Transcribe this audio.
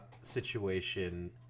situation